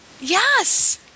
Yes